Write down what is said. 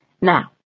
Now